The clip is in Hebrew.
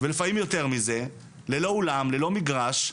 ולפעמים יותר מזה, ללא אולם, ללא מגרש,